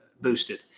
boosted